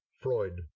Freud